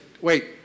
wait